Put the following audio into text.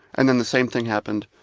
and then the same thing happened.